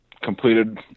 completed